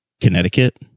Connecticut